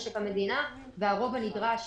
משק המדינה והרוב הנדרש